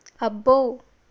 అబ్బో